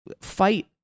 fight